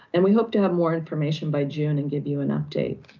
and we hope to have more information by june and give you an update.